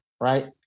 right